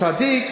צדיק,